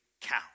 cow